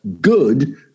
good